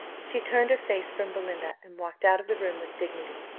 she turned her face from belinda, and walked out of the room with dignity.